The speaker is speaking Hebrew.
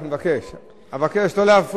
חבר הכנסת אגבאריה, אבקש לא להפריע.